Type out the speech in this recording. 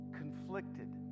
conflicted